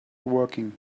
working